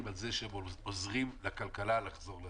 על זה שהם עוזרים לכלכלה לחזור לעצמה.